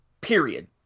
period